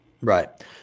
Right